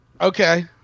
Okay